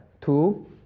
two